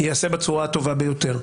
ייעשה בצורה הטובה ביותר.